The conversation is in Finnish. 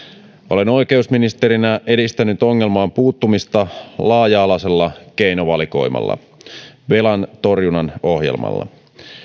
olen oikeusministerinä edistänyt ongelmaan puuttumista laaja alaisella keinovalikoimalla velantorjunnan ohjelmalla